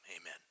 Amen